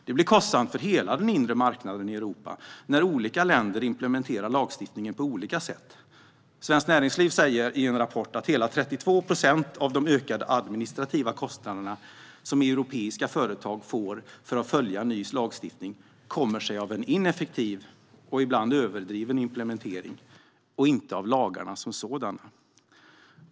Det blir kostsamt för hela den inre marknaden i Europa när olika länder implementerar lagstiftningen på olika sätt. Svenskt Näringsliv säger i en rapport att hela 32 procent av de ökande administrativa kostnader som europeiska företag får för att följa ny lagstiftning kommer sig av en ineffektiv och ibland överdriven implementering och inte av lagarna som sådana.